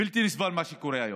בלתי נסבל מה שקורה היום.